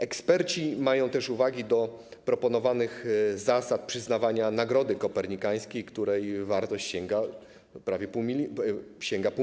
Eksperci mają też uwagi do proponowanych zasad przyznawania Nagrody Kopernikańskiej, której wartość sięga 500 tys. zł.